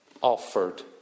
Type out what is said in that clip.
offered